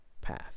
path